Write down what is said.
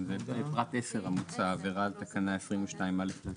זו ההרחבה הראשונה שהיא בעייתית באופן מהותי בנוסח הצעת החוק.